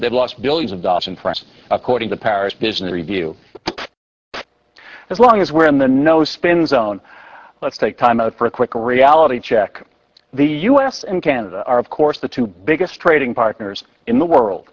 they've lost billions of dollars in press according to paris business review as long as we're in the no spin zone let's take time out for a quick reality check the u s and canada are of course the two biggest trading partners in the world